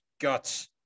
guts